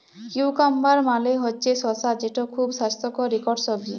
cucumber মালে হছে শসা যেট খুব স্বাস্থ্যকর ইকট সবজি